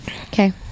okay